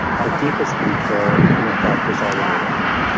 our deepest nature in a fact has already awakened.